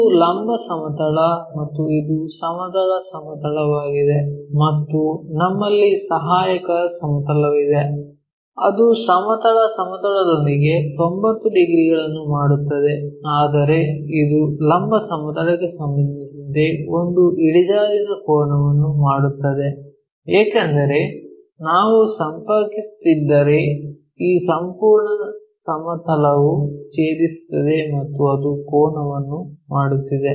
ಇದು ಲಂಬ ಸಮತಲ ಮತ್ತು ಇದು ಸಮತಲ ಸಮತಲವಾಗಿದೆ ಮತ್ತು ನಮ್ಮಲ್ಲಿ ಸಹಾಯಕ ಸಮತಲವಿದೆ ಅದು ಸಮತಲ ಸಮತಲದೊಂದಿಗೆ 90 ಡಿಗ್ರಿಗಳನ್ನು ಮಾಡುತ್ತದೆ ಆದರೆ ಇದು ಲಂಬ ಸಮತಲಕ್ಕೆ ಸಂಬಂಧಿಸಿದಂತೆ ಒಂದು ಇಳಿಜಾರಿನ ಕೋನವನ್ನು ಮಾಡುತ್ತದೆ ಏಕೆಂದರೆ ನಾವು ಸಂಪರ್ಕಿಸುತ್ತಿದ್ದರೆ ಈ ಸಂಪೂರ್ಣ ಸಮತಲವು ಛೇದಿಸುತ್ತದೆ ಮತ್ತು ಅದು ಕೋನವನ್ನು ಮಾಡುತ್ತಿದೆ